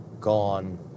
gone